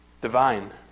divine